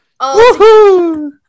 Woohoo